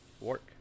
work